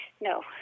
No